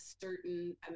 certain